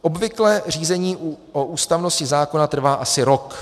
Obvykle řízení o ústavnosti zákona trvá asi rok.